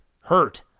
Hurt